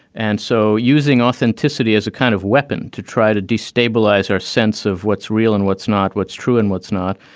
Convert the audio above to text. and so using authenticity as a kind of weapon to try to destabilize our sense of what's real and what's not, what's true and what's not.